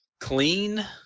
clean